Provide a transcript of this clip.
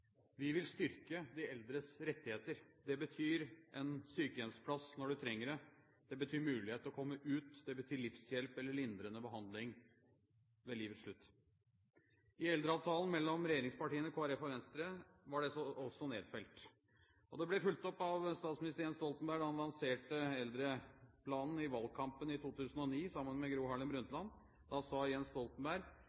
Vi vil styrke de eldres rettigheter. Det betyr en sykehjemsplass når du trenger det. Det betyr mulighet til å komme ut. Det betyr livshjelp eller lindrende behandling ved livets slutt. I eldreavtalen mellom regjeringspartiene, Kristelig Folkeparti og Venstre var det også nedfelt. Det ble fulgt opp av statsminister Jens Stoltenberg da han lanserte eldreplanen i valgkampen i 2009, sammen med Gro Harlem